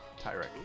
Tyrek